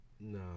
No